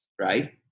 Right